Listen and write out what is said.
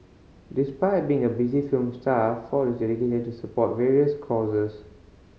despite being a busy film star Ford is dedicated to support various causes